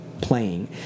playing